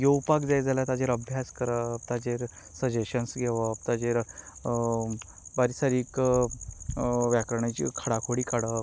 येवपाक जाय जाल्यार ताचेर अभ्यास करप ताचेर सजेशन्स घेवप ताचेर बारीक सारीक व्याकरणाची खडाखोडी काडप